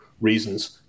reasons